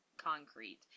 concrete